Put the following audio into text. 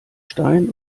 stein